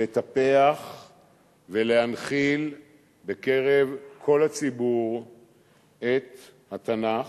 לטפח ולהנחיל בקרב כל הציבור את התנ"ך,